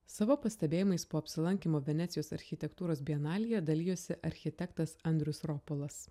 savo pastebėjimais po apsilankymo venecijos architektūros bienalėje dalijosi architektas andrius ropolas